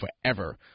forever